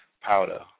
powder